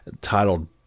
titled